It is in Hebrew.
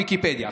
ויקיפדיה.